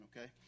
okay